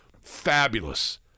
fabulous